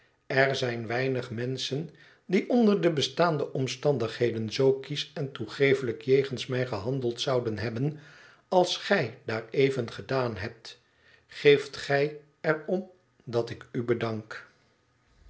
ler zijn weinig menschen die onder de bestaande omstandigheden zoo kiesch en toegeeflijk jegens mij gehandeld zouden hebben als gij daar even gedaan hebt geeft gij er om dat ik u bedank